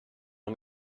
una